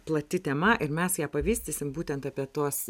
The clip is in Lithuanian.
plati tema ir mes ją vystysim būtent apie tuos